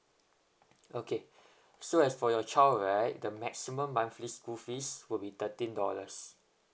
okay so as for your child right the maximum monthly school fees will be thirteen dollars